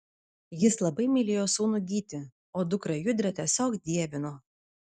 jis labai mylėjo sūnų gytį o dukrą judrę tiesiog dievino